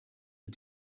die